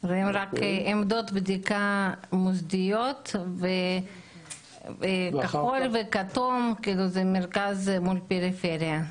רואים רק עמדות בדיקה מוסדיות בכחול וכתום למרכז מול פריפריה.